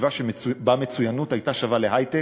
בסביבה שבה מצוינות הייתה שווה להיי-טק,